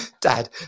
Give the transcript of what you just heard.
Dad